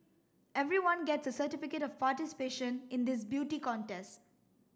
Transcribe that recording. everyone gets a certificate of participation in this beauty contest